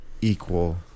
equal